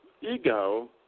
ego